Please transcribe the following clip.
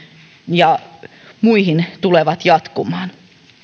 ja muihin tulevat jatkumaan